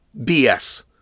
BS